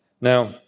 Now